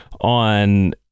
on